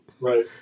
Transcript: Right